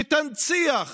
שתנציח